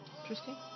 Interesting